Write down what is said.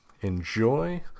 enjoy